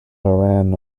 iran